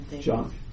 John